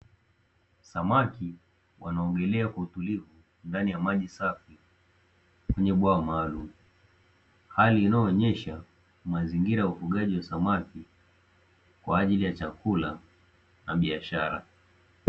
Samaki wanaogelea kwa utulivu ndani ya maji safi kwenye bwawa maalumu, hali inayoonyesha mazingira ya ufugaji wa samaki kwa ajili ya chakula na biashara.